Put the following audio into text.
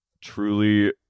truly